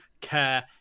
care